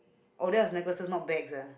oh that's necklaces not bags ah